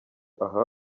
aha